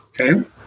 okay